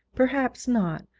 perhaps not,